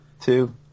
two